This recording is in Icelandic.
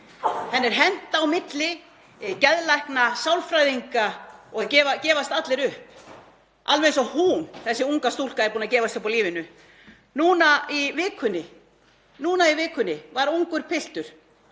Henni er hent á milli geðlækna, sálfræðinga og það gefast allir upp alveg eins og hún, þessi unga stúlka, er búin að gefast upp á lífinu. Núna í vikunni var ungur piltur